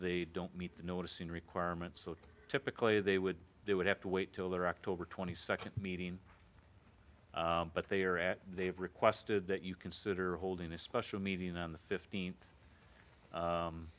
they don't meet the notice in requirement so typically they would they would have to wait till their october twenty second meeting but they are at they have requested that you consider holding a special meeting on the fifteenth